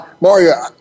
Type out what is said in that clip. Mario